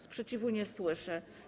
Sprzeciwu nie słyszę.